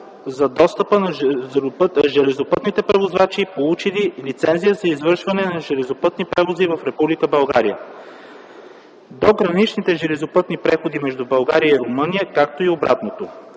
за достъпа на железопътните превозвачи, получили лицензия за извършването на железопътни превози в Република България до граничните железопътни преходи между България и Румъния, както и обратното.